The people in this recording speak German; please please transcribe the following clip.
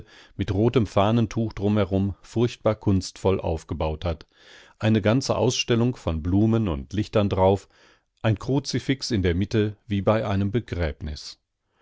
mit rotem fahnentuch drumherum furchtbar kunstvoll aufgebaut hat eine ganze ausstellung von blumen und lichtern drauf ein kruzifix in der mitte wie bei einem begräbnis